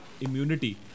immunity